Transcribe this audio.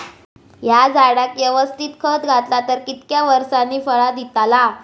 हया झाडाक यवस्तित खत घातला तर कितक्या वरसांनी फळा दीताला?